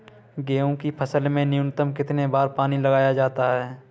गेहूँ की फसल में न्यूनतम कितने बार पानी लगाया जाता है?